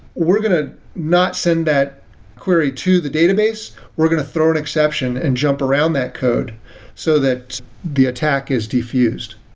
we're going to not send that query to the database. we're going to throw an exception and jump around that code so that the attack is diffused.